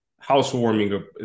housewarming